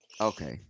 okay